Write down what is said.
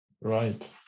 right